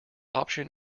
option